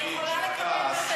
את יכולה לקבל יותר.